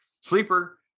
Sleeper